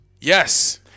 Yes